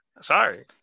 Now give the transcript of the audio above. Sorry